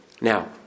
Now